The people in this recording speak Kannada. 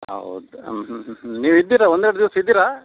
ಹೌದು ಹ್ಞೂ ಹ್ಞೂ ಹ್ಞೂ ನೀವು ಇದ್ದೀರ ಒಂದೆರಡು ದಿವಸ ಇದ್ದೀರ